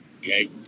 okay